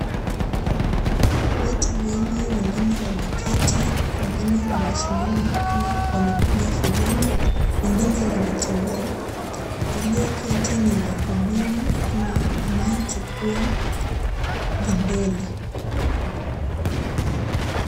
Watu wengi wengine wameketi, wengine wamesimama kama wamepiga foleni, wengine wanatembea. Walio keti ni wahudumu, kuna anayechukua vidole.